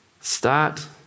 Start